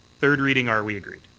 third reading are we agreed?